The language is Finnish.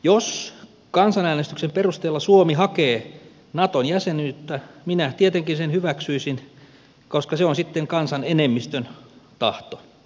jos kansanäänestyksen perusteella suomi hakee naton jäsenyyttä minä tietenkin sen hyväksyisin koska se on sitten kansan enemmistön tahto